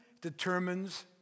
determines